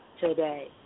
today